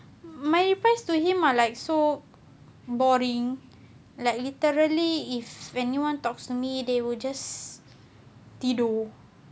my replies to him are like so boring like literally if when one talks to me they will just tidur